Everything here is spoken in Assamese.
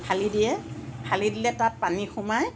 ফালি দিয়ে ফালি দিলে তাত পানী সোমাই